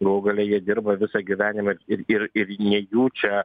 galų gale jie dirba visą gyvenimą ir ir ir ne jų čia